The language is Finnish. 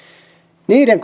niiden